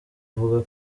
ivuga